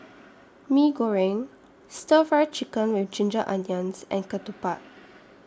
Mee Goreng Stir Fry Chicken with Ginger Onions and Ketupat